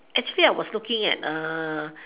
actually I was looking at